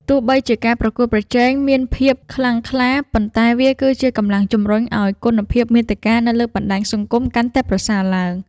ទោះបីជាការប្រកួតប្រជែងមានភាពខ្លាំងក្លា ប៉ុន្តែវាគឺជាកម្លាំងរុញច្រានឱ្យគុណភាពមាតិកានៅលើបណ្ដាញសង្គមកាន់តែប្រសើរឡើង។